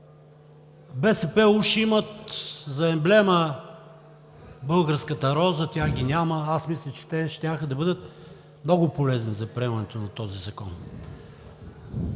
БСП уж имат за емблема българската роза, а тях ги няма. Мисля, че те щяха да бъдат много полезни за приемането на този закон.